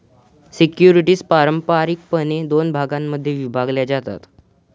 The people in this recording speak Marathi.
सिक्युरिटीज पारंपारिकपणे दोन भागांमध्ये विभागल्या जातात